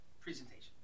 presentation